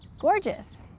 gorgeous.